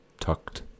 tucked